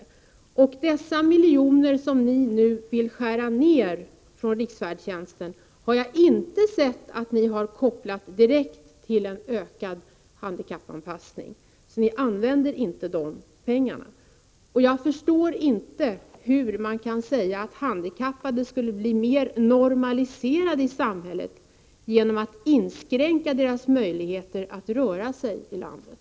De miljoner som ni nu vill skära bort från riksfärdtjänsten har jag inte sett att ni har kopplat direkt till en ökad handikappanpassning. Det är inte så ni använder pengarna. Jag förstår inte hur man kan säga att handikappade skulle bli mer normaliserade i samhället genom att man inskränker deras möjligheter att röra sig i landet.